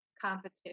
competition